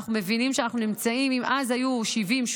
אם אז היו 70,